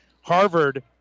Harvard